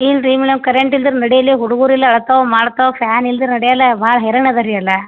ಇಲ್ಲ ರೀ madam current ಇಲ್ದಿರೆ ನಡ್ಯಲ್ಲ ಹುಡುಗರೆಲ್ಲ ಅಳ್ತಾವೆ ಮಾಡ್ತವೆ ಫ್ಯಾನ್ ಇಲ್ದಿರೆ ನಡೆಯಲ್ಲ ಭಾಳ ಹೈರಾಣದ ರೀ ಎಲ್ಲ